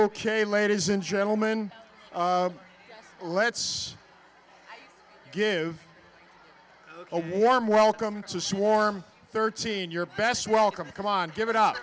ok ladies and gentlemen let's give a warm welcome to swarm thirteen your best welcome come on give it up